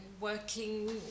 working